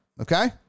Okay